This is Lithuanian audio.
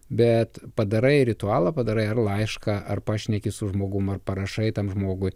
bet padarai ritualą padarai ar laišką ar pašneki su žmogum ar parašai tam žmogui